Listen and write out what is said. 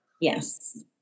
Yes